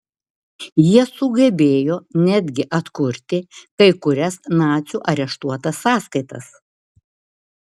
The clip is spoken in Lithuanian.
jie sugebėjo netgi atkurti kai kurias nacių areštuotas sąskaitas